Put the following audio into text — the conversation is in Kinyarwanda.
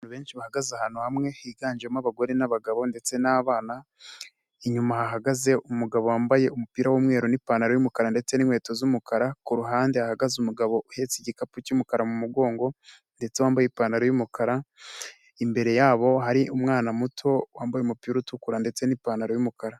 Abantu benshi ahagaze ahantu hamwe higanjemo abagore n' abagabo ndetse n'abana, inyuma hahagaze umugabo wambaye umupira w'umweru n'ipantaro y'umukara ndetse n'inkweto z'umukara, kuruhande ahagaze umugabo uhetse igikapu cymukara mu mugongo ndetse wambaye ipantaro yumukara imbere yabo hari umwana muto wambaye umupira utukura ndetse nipantaro yumukara.